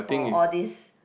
for all this